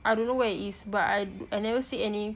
I don't know where it is but I I never see any